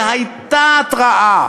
והייתה התראה,